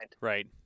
right